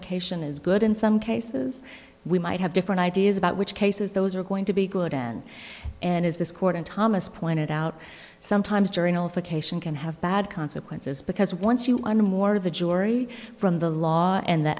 nullification is good in some cases we might have different ideas about which cases those are going to be good and and is this court and thomas pointed out sometimes during all the cation can have bad consequences because once you under more of the jury from the law and the